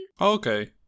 Okay